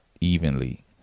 evenly